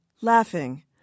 Laughing